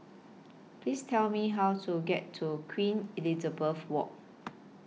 Please Tell Me How to get to Queen Elizabeth Walk